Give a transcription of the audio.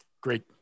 great